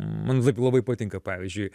man laib labai patinka pavyzdžiui